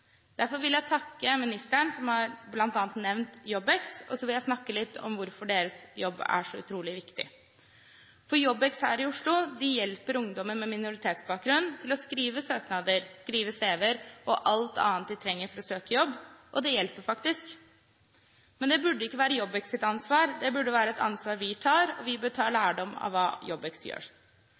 Derfor vil jeg takke statsråden, som bl.a. har nevnt JobbX, og så vil jeg si litt om hvorfor deres jobb er så utrolig viktig. JobbX her i Oslo hjelper ungdom med minoritetsbakgrunn med å skrive søknader, skrive cv-er og alt annet de trenger for å søke jobb, og det hjelper faktisk. Men det burde ikke være JobbX’ ansvar, det burde være et ansvar vi tar. Vi bør ta lærdom av hva JobbX gjør,